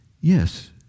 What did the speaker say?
Yes